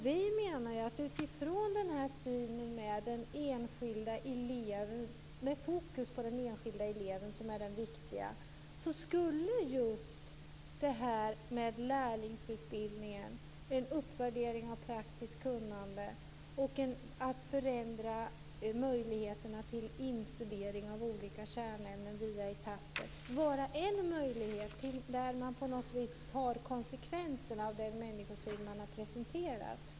Vi menar att utifrån synen där man har fokus på den enskilda individen skulle lärlingsutbildningen och uppvärderingen av praktiskt kunnande samt instudering av olika kärnämnen etappvis kunna vara en möjlighet. Man tar konsekvenserna av den människosyn som man har presenterat.